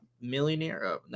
millionaire